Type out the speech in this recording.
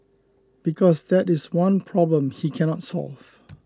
because that is the one problem he cannot solve